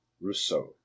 Rousseau